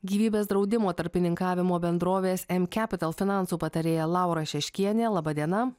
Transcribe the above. gyvybės draudimo tarpininkavimo bendrovės m kepital finansų patarėja laura šeškienė laba diena